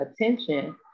attention